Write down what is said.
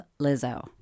Lizzo